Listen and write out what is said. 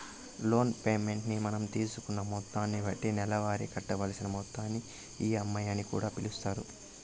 loan payment ని మనం తీసుకున్న మొత్తాన్ని బట్టి నెలవారీ కట్టవలసిన మొత్తాన్ని ఈ.ఎం.ఐ అని కూడా పిలుస్తారు